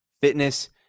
fitness